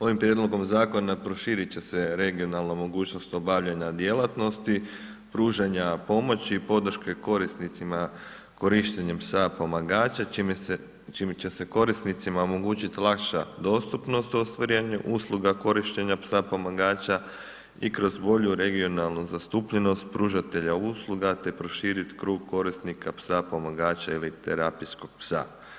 Ovim prijedlogom zakona, proširiti će se regionalna mogućnost obavljanja djelatnosti, pružanja pomoći, podrška korisnicima korištenjem psa pomagača, čijem će se korisnicima omogućiti lakša dostupnost ostvarenjem usluga, korištenja psa pomagača i kroz volju regionalnu zastupljenost pružatelja usluga, te proširiti krug korisnika psa pomagača ili terapijskog psa.